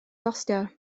gostio